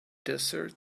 desert